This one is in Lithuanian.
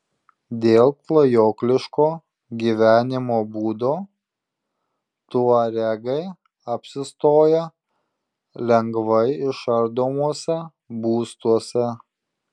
dėl klajokliško gyvenimo būdo tuaregai apsistoja lengvai išardomuose būstuose